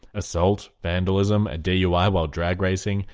assault, vandalism, a dui while drag racing,